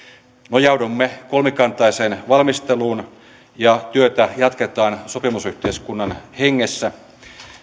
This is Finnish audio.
nojaudumme kolmikantaiseen valmisteluun ja työtä jatketaan sopimusyhteiskunnan hengessä